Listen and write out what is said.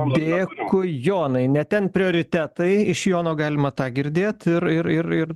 dėkui jonai ne ten prioritetai iš jono galima tą girdėt ir ir ir